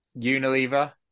Unilever